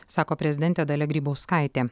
sako prezidentė dalia grybauskaitė